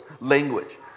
language